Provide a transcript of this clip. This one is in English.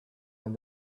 and